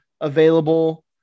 available